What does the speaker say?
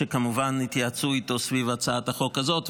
שכמובן התייעצו איתו סביב הצעת החוק הזאת,